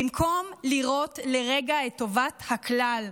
במקום לראות לרגע את טובת הכלל,